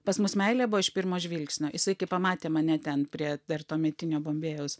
pas mus meilė buvo iš pirmo žvilgsnio jisai pamatė mane ten prie dar tuometinio bombėjaus